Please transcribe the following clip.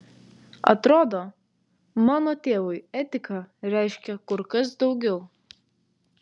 atrodo mano tėvui etika reiškė kur kas daugiau